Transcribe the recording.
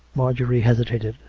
marjorie hesitated.